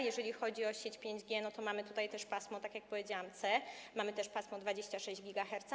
Jeżeli chodzi o sieć 5G, to mamy tutaj też pasmo C, tak jak powiedziałam, mamy też pasmo 26 GHz.